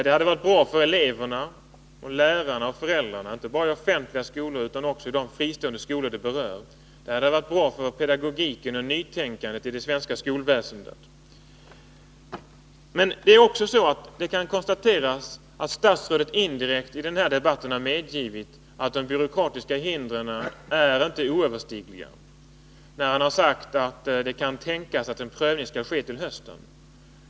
Det hade varit bra för eleverna, lärarna och föräldrarna inte bara i de offentliga skolorna utan också i de fristående skolor som frågan berör. Och det hade varit bra för pedagogiken och nytänkandet i det svenska skolväsendet. Det kan konstateras att statsrådet i den här debatten indirekt har medgett att de byråkratiska hindren inte är oöverstigliga. Han har sagt att det kan tänkas att en prövning skall ske till hösten.